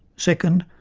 second,